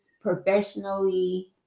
Professionally